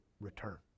return